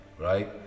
right